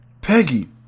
Peggy